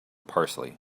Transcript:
parsley